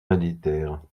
militaire